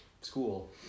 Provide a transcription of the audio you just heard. school